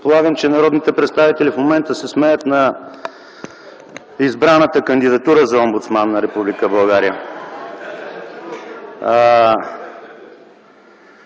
Предполагам, че народните представители в момента се смеят на избраната кандидатура за омбудсман на Република България.